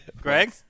Greg